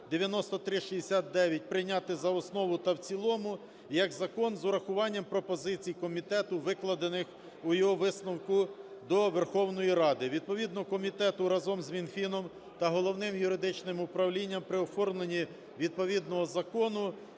9369 прийняти за основу та в цілому як закон з урахуванням пропозицій комітету, викладених у його висновку до Верховної Ради. Відповідно, комітету разом з Мінфіном і Головним юридичним управлінням при оформленні відповідного закону